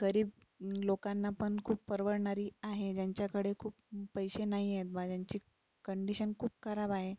गरीब लोकांना पण खूप परवडणारी आहे ज्यांच्याकडे खूप पैसे नाही आहेत बा ज्यांची कंडिशन खूप खराब आहे